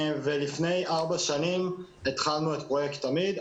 לפני ארבע שנים התחלנו את פרויקט תמי"ד.